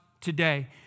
today